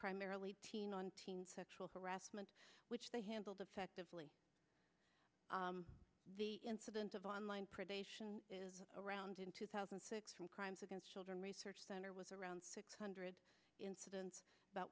primarily teen on teen sexual harassment which they handled effectively the incidence of online predation is around in two thousand and six from crimes against children research center was around six hundred incidents about